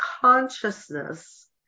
consciousness